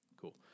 Cool